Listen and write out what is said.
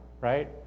right